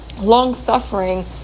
long-suffering